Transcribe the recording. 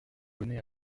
bonnets